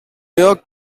york